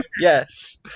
Yes